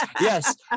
Yes